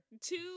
Two